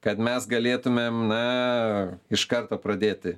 kad mes galėtumėm na iš karto pradėti